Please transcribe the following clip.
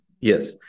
Yes